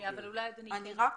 אני רק